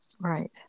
Right